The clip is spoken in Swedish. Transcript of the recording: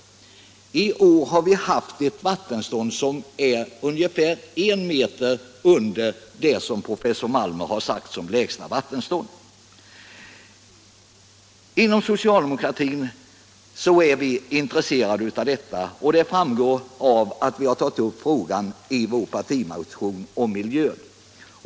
I år har vattenståndet varit ungefär en meter under den nivå som professor Malmer ansåg kunde vara den lägsta. Inom socialdemokratin är vi intresserade av detta och det framgår av att vi tagit upp frågan i vår partimotion om miljön.